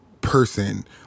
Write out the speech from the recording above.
person